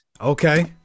Okay